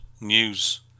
news